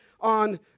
on